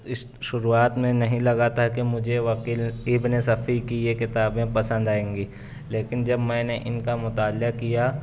اس شروعات میں نہیں لگا تھا کہ مجھے وکیل ابن صفی کی یہ کتابیں پسند آئیں گی لیکن جب میں نے ان کا مطالعہ کیا